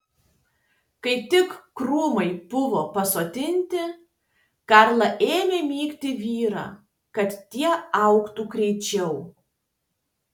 kai tik krūmai buvo pasodinti karla ėmė mygti vyrą kad tie augtų greičiau